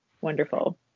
wonderful